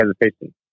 hesitation